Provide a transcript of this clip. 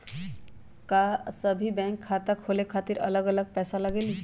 का सभी बैंक में खाता खोले खातीर अलग अलग पैसा लगेलि?